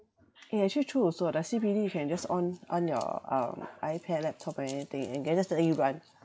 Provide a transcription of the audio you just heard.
eh actually true also the C_P_D you can just on on your um iPad laptop and anything and can just let it run